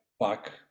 back